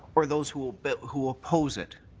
or those who but who oppose it?